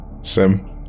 Sim